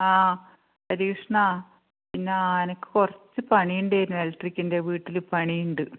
ആ ഹരികൃഷ്ണാ പിന്നെ എനിക്ക് കുറച്ച് പണിയുണ്ടായിരുന്നു ഇലക്ട്രിക്കിൻ്റെ വീട്ടിൽ പണിയുണ്ട്